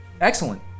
Excellent